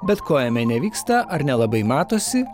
bet ko jame nevyksta ar nelabai matosi